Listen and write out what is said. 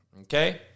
okay